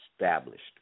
established